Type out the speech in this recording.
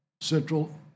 Central